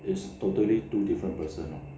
it's totally two different person